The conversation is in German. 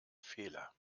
fehler